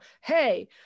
hey